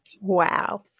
Wow